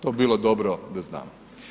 To bi bilo dobro da znam.